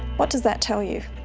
what does that tell you?